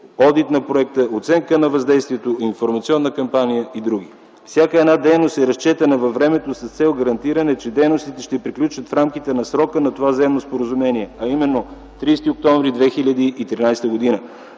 одит на проекта, оценка на въздействието, информационна кампания и др. Всяка една дейност е разчетена във времето с цел гарантиране, че дейностите ще приключат в рамките на срока на това заемно споразумение, а именно 30 октомври 2013 г.